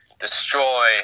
destroy